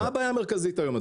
מה הבעיה המרכזית היום?